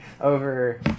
over